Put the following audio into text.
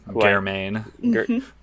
Germain